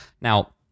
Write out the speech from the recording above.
Now